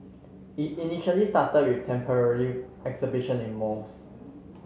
it initially started with temporary exhibitions in malls